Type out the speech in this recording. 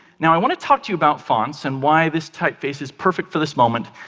now, i want to talk to you about fonts, and why this typeface is perfect for this moment.